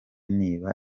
niba